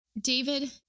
David